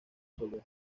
soleado